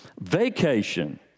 vacation